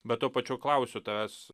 bet tuo pačiu klausiu tavęs